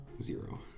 Zero